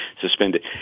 suspended